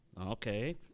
Okay